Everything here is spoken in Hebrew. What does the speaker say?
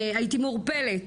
אני הייתי מעורפלת,